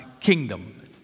kingdom